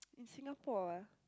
in Singapore ah